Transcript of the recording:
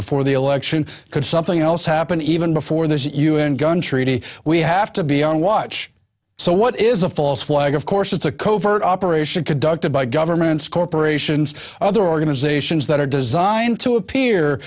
before the election could something else happen even before the u n gun treaty we have to be on watch so what is a false flag of course it's a covert operation conducted by governments corporations other organizations that are designed to appear